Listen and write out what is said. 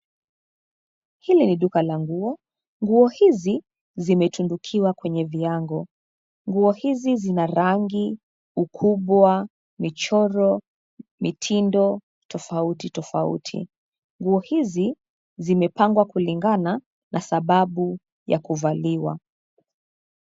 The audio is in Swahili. Hili ni duka la nguo, nguo hizi zimetundukiwa kwenye viango. Nguo hizi zina rangi, ukubwa, michoro, mitindo tofauti tofauti. Nguo hizi zimepangwa kulingana na sababu ya kuvaliwa.